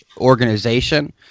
organization